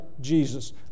Jesus